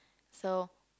so